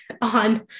on